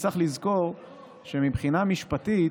צריך לזכור שמבחינה משפטית,